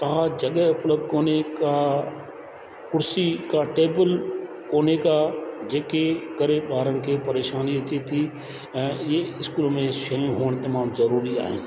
का जॻहि उपलब्ध कोने का कुर्सी का टेबल कोने का जेके करे ॿारनि खे परेशानी अचे थी ऐं ईअं स्कूल में शयूं हुअणु तमामु ज़रूरी आहिनि